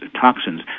toxins